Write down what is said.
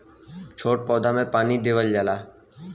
छोट पौधा में पानी देवल जाला